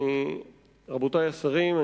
רבותי השרים,